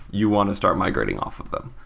you want to start migrating off of them.